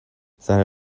seine